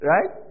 Right